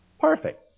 perfect